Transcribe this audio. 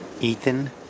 Ethan